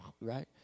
Right